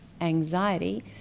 anxiety